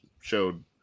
showed